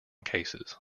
cases